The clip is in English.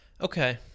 Okay